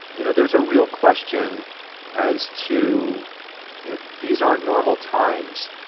you know, there's a real question as to you know these aren't normal times.